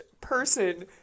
person